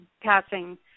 passing